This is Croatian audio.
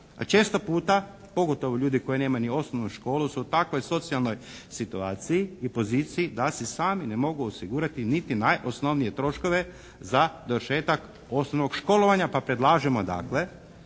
često puta, pogotovo ljudi koji nemaju ni osnovnu školu su u takvoj socijalnoj situaciji i poziciji da si sami ne mogu osigurati niti najosnovnije troškove za dovršetak osnovnog školovanja pa predlažemo dakle